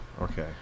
Okay